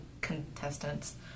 contestants